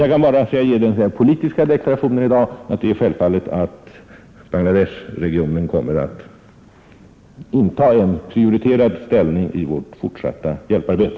Jag kan i dag bara ge den politiska deklarationen att Bangla Desh-regionen kommer att inta en prioriterad ställning i vårt fortsatta hjälparbete.